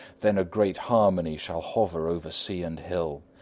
then a great harmony shall hover over sea and hill.